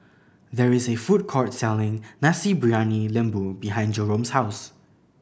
there is a food court selling Nasi Briyani Lembu behind Jerome's house